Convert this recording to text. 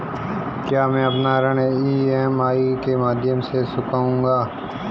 क्या मैं अपना ऋण ई.एम.आई के माध्यम से चुकाऊंगा?